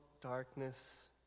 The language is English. darkness